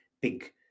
big